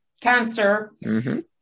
cancer